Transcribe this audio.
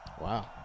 Wow